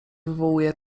wywołuje